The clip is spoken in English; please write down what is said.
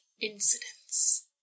incidents